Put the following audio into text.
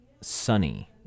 Sunny